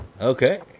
Okay